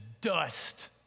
dust